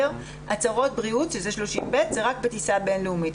הצהרות בריאות, זה 30(ב), זה רק בטיסה בין-לאומית.